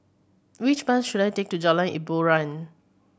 which bus should I take to Jalan Hiboran